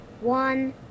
One